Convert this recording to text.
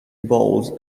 bowls